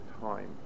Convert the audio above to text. time